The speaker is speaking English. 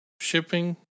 shipping